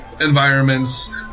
environments